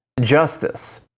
justice